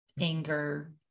anger